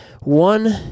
one